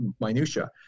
minutia